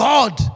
God